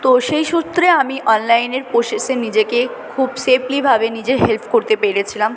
তো সেই সূত্রে আমি অনলাইনের প্রসেসে নিজেকে খুব সেফলিভাবে নিজের হেল্প করতে পেরেছিলাম